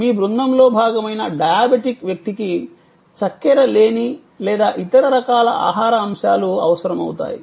మీ బృందంలో భాగమైన డయాబెటిక్ వ్యక్తికి చక్కెర లేని లేదా ఇతర రకాల ఆహార అంశాలు అవసరమవుతాయి